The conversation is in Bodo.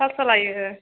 फास्स' लायो